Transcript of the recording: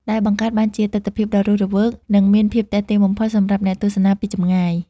ដែលបង្កើតបានជាទិដ្ឋភាពដ៏រស់រវើក និងមានភាពទាក់ទាញបំផុតសម្រាប់អ្នកទស្សនាពីចម្ងាយ។